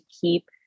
keep